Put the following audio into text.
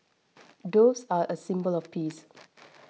doves are a symbol of peace